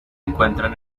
encuentran